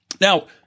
now